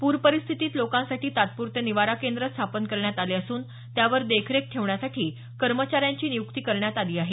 पूर परिस्थितीत लोकांसाठी तात्पुरते निवारा केंद्र स्थापन करण्यात आले असून त्यावर देखरेख ठेवण्यासाठी कर्मचाऱ्यांची नियुक्ती करण्यात आली आहे